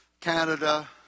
Canada